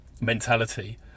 mentality